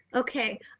okay.